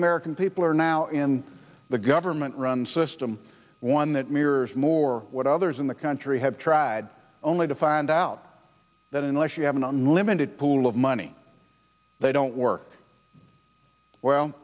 american people are now in the government run system one that mirrors more what others in the country have tried only to find out that unless you have an unlimited pool of money they don't work well